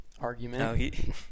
argument